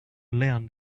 learn